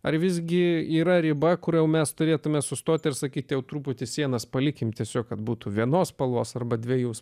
ar visgi yra riba kur jau mes turėtumėme sustoti ir sakyti truputį sienas palikime tiesiog kad būtų vienos spalvos arba dviejų